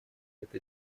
это